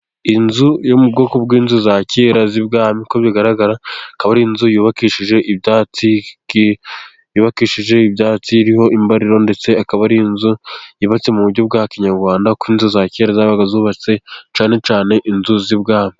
Inzu yo mu bwoko bw'inzu za kera z'ibwami uko bigaragara akaba ari inzu yubakishije ibyatsi, yubakishije ibyatsi iriho imbariro ndetse ikaba ari inzu yubatse mu buryo bwa kinyarwanda, kuko inzu za kera zabaga zubatse cyane cyane inzu z'ibwami.